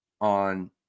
on